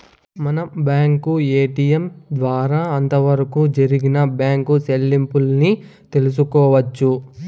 మనం bank ATM ద్వారా అంతవరకు జరిపిన బ్యాంకు సెల్లింపుల్ని తెలుసుకోవచ్చు